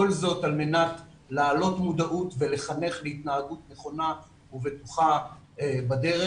כל זאת על מנת להעלות מודעות ולחנך להתנהגות נכונה ובטוחה בדרך.